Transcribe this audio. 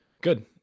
Good